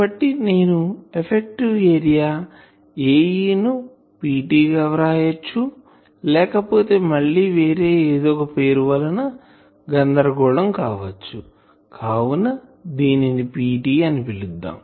కాబట్టి నేను effective area Ae ను PT గా వ్రాయచ్చు లేకపోతే మళ్ళి వేరే ఎదో ఒక పేరు వలన గందరగోళం కావచ్చు కావున దీనిని PT అని పిలుద్దాం